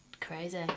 crazy